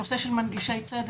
הנושא של מנגישי צוות,